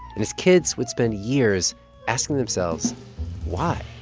and his kids would spend years asking themselves why,